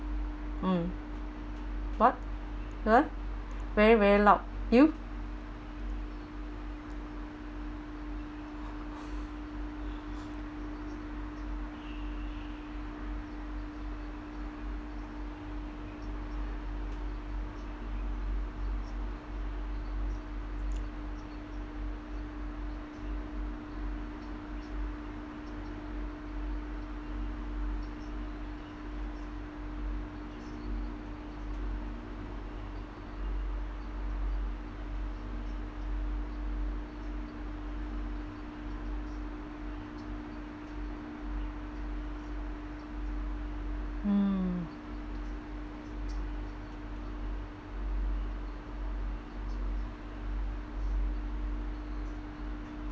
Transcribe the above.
mm what very very loud you mm